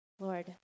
Lord